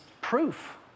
proof